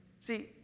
See